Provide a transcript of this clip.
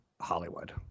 Hollywood